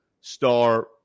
star